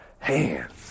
hands